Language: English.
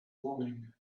longing